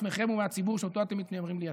מעצמכם ומהציבור שאותו אתם מתיימרים לייצג.